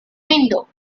window